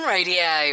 Radio